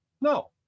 no